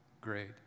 great